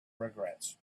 regrets